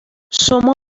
شما